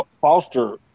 foster